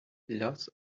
lots